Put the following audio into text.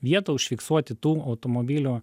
vietą užfiksuoti tų automobilių